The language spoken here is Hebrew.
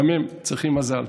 גם הם צריכים מזל.